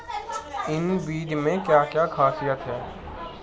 इन बीज में क्या क्या ख़ासियत है?